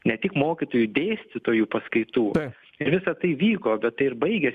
ne tik mokytojų dėstytojų paskaitų ir visa tai vyko bet ir baigėsi